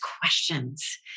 questions